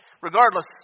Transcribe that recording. regardless